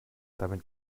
damit